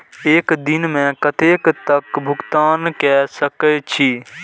एक दिन में कतेक तक भुगतान कै सके छी